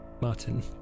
Martin